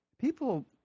people